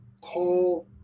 call